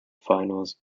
finals